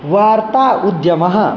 वार्ता उद्यमः